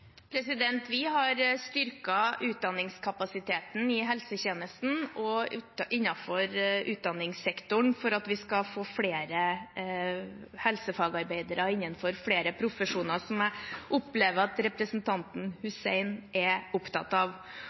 Vi har styrket utdanningskapasiteten i helsetjenesten og innenfor utdanningssektoren for at vi skal få flere helsefagarbeidere innenfor flere profesjoner, som jeg opplever at representanten Hussein er opptatt av.